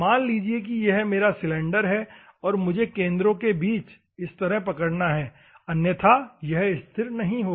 मान लीजिए कि यह मेरा सिलेंडर है और मुझे केंद्रों के बीच इस तरह पकड़ना है अन्यथा यह स्थिर नहीं रहेगा